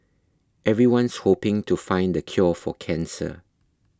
everyone's hoping to find the cure for cancer